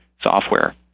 software